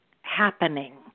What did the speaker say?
happening